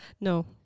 No